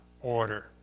order